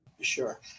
Sure